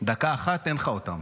דקה אחת, אין לך אותם.